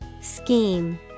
Scheme